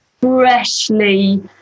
freshly